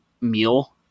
meal